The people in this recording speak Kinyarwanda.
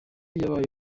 yabaye